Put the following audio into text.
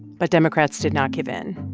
but democrats did not give in.